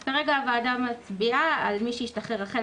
אז כרגע הוועדה מצביעה על מי שהשתחרר החל